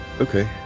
Okay